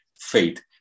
faith